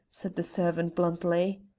said the servant bluntly.